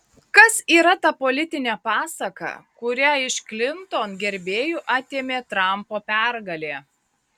kas yra ta politinė pasaka kurią iš klinton gerbėjų atėmė trampo pergalė